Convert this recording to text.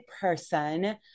Person